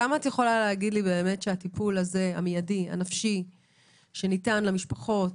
כמה את יכולה להגיד שהטיפול המיידי הנפשי שניתן למשפחות,